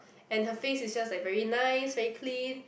and her face itself like very nice very clean